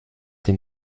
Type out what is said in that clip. den